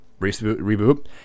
reboot